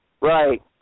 Right